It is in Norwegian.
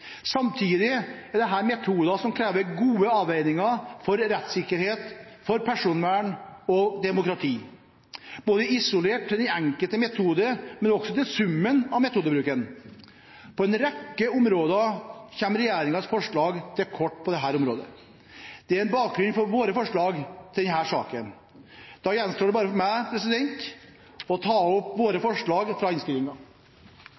Samtidig er dette metoder som krever gode avveininger for rettssikkerhet, personvern og demokrati – isolert til den enkelte metode, men også til summen av metodebruken. På en rekke områder kommer regjeringens forslag til kort. Det er bakgrunnen for våre forslag i denne saken. Da gjenstår det bare for meg å ta opp